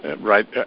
right